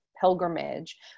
pilgrimage